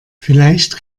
vielleicht